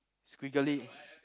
squiggly